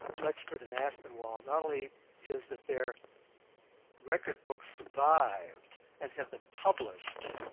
lechford and aspinwall, not only is that their record books survived and have been published,